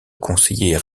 conseillers